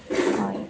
হয়